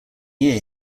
year